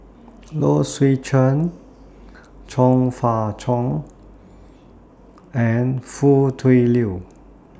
Low Swee Chen Chong Fah Cheong and Foo Tui Liew